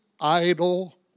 idle